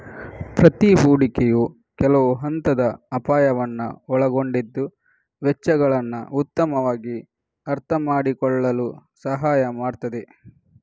ಪ್ರತಿ ಹೂಡಿಕೆಯು ಕೆಲವು ಹಂತದ ಅಪಾಯವನ್ನ ಒಳಗೊಂಡಿದ್ದು ವೆಚ್ಚಗಳನ್ನ ಉತ್ತಮವಾಗಿ ಅರ್ಥಮಾಡಿಕೊಳ್ಳಲು ಸಹಾಯ ಮಾಡ್ತದೆ